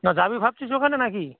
না যাবি ভাবছিস ওখানে না কি